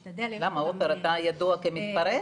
למה, עופר, אתה ידוע כמתפרץ?